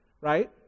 right